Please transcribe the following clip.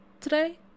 today